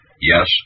Yes